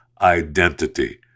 identity